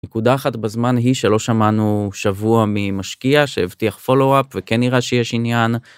נקודה אחת בזמן היא שלא שמענו שבוע ממשקיע שהבטיח פולו אפ וכן נראה שיש עניין.